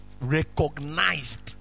recognized